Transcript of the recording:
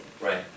Right